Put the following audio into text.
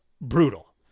brutal